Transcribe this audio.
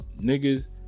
niggas